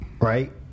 right